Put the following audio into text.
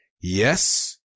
Yes